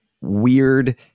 weird